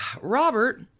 Robert